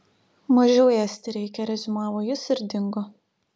mažiau ėsti reikia reziumavo jis ir dingo